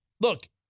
look